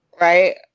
Right